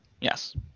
Yes